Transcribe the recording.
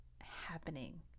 happening